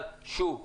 אבל שוב,